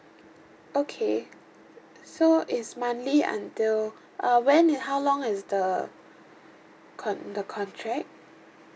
okay so is monthly until uh when and how long is the con~ the contract